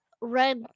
Red